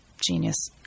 Genius